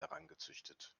herangezüchtet